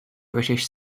british